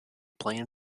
plan